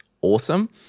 awesome